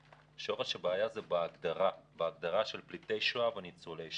שורש הבעיה הוא בהגדרה בין פליטי שואה וניצולי שואה.